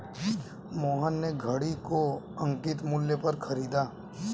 मोहन ने घड़ी को अंकित मूल्य पर खरीदा